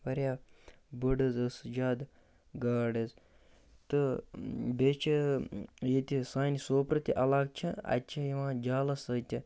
واریاہ بٔڑ حظ ٲس زیادٕ گاڈ حظ تہٕ بیٚیہِ چھِ ییٚتہِ سانہِ سوپرٕ تہِ علاقہٕ چھِ اَتہِ چھِ یِوان جالَس سۭتۍ تہِ